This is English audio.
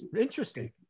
Interesting